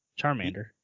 Charmander